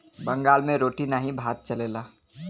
बंगाल मे रोटी नाही भात चलेला